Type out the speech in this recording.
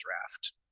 draft